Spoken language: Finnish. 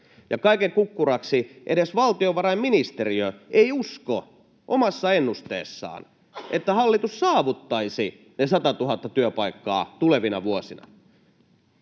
kaiken kukkuraksi edes valtiovarainministeriö ei usko omassa ennusteessaan, että hallitus saavuttaisi ne 100 000 työpaikkaa tulevina vuosina.